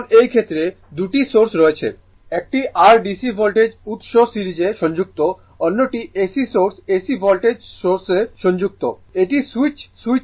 এখন এই ক্ষেত্রে 2 টি সোর্স রয়েছে একটি r DC ভোল্টেজ উৎস সিরিজে সংযুক্ত অন্যটি AC source AC voltage source সংযুক্ত একটি সুইচ সুইচের কাছাকাছি রয়েছে